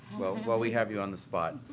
while we have you on the spot.